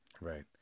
Right